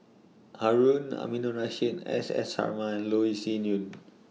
Harun Aminurrashid S S Sarma and Loh Yee Sin Yun